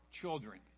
children